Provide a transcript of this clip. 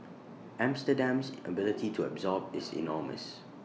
Amsterdam's ability to absorb is enormous